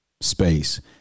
space